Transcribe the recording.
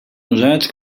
usats